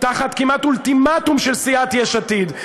תחת כמעט אולטימטום של סיעת יש עתיד,